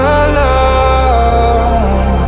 alone